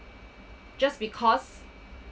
just because